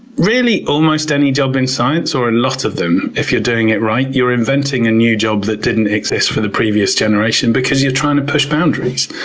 really, almost any job in science, or lots of them, if you're doing it right you're inventing a new job that didn't exist for the previous generation because you're trying to push boundaries.